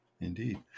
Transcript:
Indeed